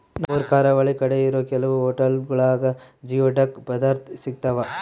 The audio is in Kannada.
ನಮ್ಮೂರು ಕರಾವಳಿ ಕಡೆ ಇರೋ ಕೆಲವು ಹೊಟೆಲ್ಗುಳಾಗ ಜಿಯೋಡಕ್ ಪದಾರ್ಥ ಸಿಗ್ತಾವ